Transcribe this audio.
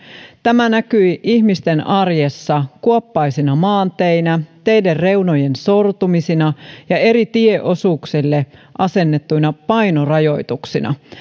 tämä näkyi ihmisten arjessa kuoppaisina maanteinä teiden reunojen sortumisina ja eri tieosuuksille asetettuina painorajoituksina